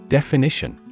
Definition